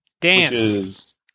Dance